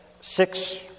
six